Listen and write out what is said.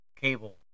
cable